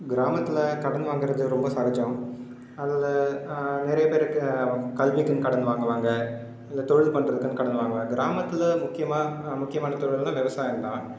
கிராமத்தில் கடன் வாங்குறது ரொம்ப சகஜம் அதில் நிறைய பேருக்கு கல்விக்குன்னு கடன் வாங்குவாங்க இல்லை தொழில் பண்ணுறதுக்குன்னு கடன் வாங்குவாங்க கிராமத்தில் முக்கியமா முக்கியமான தொழில் வந்து விவசாயம் தான்